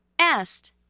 est